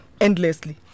endlessly